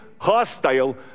hostile